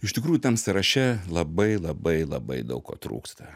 iš tikrųjų tam sąraše labai labai labai daug ko trūksta